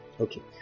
okay